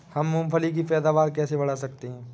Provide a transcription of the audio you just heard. हम मूंगफली की पैदावार कैसे बढ़ा सकते हैं?